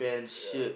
yeah